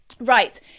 Right